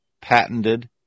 patented